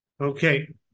Okay